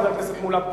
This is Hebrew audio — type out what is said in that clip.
חבר הכנסת מולה,